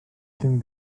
dim